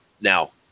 Now